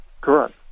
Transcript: Correct